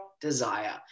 desire